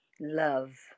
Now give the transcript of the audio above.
love